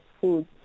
food